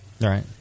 right